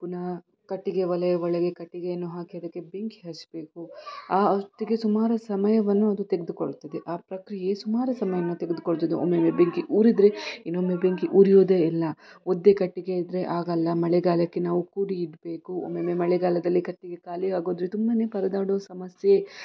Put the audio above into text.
ಪುನಃ ಕಟ್ಟಿಗೆ ಒಲೆಯ ಒಳಗೆ ಕಟ್ಟಿಗೆಯನ್ನು ಹಾಕಿ ಅದಕ್ಕೆ ಬೆಂಕಿ ಹಚ್ಚಬೇಕು ಆ ಹೊತ್ತಿಗೆ ಸುಮಾರು ಸಮಯವನ್ನು ಅದು ತೆಗೆದುಕೊಳ್ತದೆ ಆ ಪ್ರಕ್ರಿಯೆ ಸುಮಾರು ಸಮಯವನ್ನು ತೆಗೆದುಕೊಳ್ತದೆ ಒಮ್ಮೊಮ್ಮೆ ಬೆಂಕಿ ಉರಿದರೆ ಇನ್ನೊಮ್ಮೆ ಬೆಂಕಿ ಉರಿಯೋದೇ ಇಲ್ಲ ಒದ್ದೆ ಕಟ್ಟಿಗೆ ಇದ್ದರೆ ಆಗಲ್ಲ ಮಳೆಗಾಲಕ್ಕೆ ನಾವು ಕೂಡಿ ಇಡಬೇಕು ಒಮ್ಮೊಮ್ಮೆ ಮಳೆಗಾಲದಲ್ಲಿ ಕಟ್ಟಿಗೆ ಖಾಲಿ ಆಗೋದ್ರೆ ತುಂಬಾ ಪರದಾಡೋ ಸಮಸ್ಯೆ